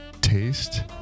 Taste